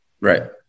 Right